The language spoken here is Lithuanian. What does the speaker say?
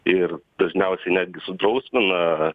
ir dažniausiai netgi sudrausmina